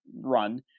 run